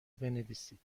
بنویسید